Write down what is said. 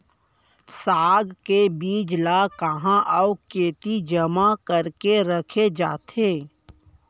साग के बीज ला कहाँ अऊ केती जेमा करके रखे जाथे?